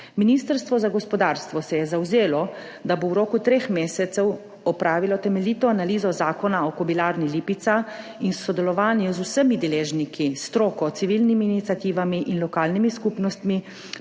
Ministrstvo za gospodarstvo se je zavzelo, da bo v roku 3 mesecev opravilo temeljito analizo Zakona o Kobilarni Lipica in v sodelovanju z vsemi deležniki, s stroko, civilnimi iniciativami in lokalnimi skupnostmi